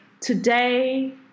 today